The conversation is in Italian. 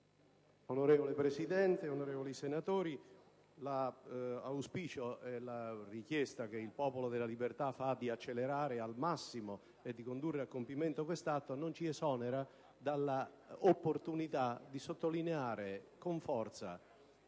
Signor Presidente, onorevoli senatori, l'auspicio, la richiesta che il Popolo della Libertà fa di accelerare al massimo e di condurre a compimento quest'atto non ci esonera dall'opportunità di sottolineare con forza